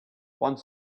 one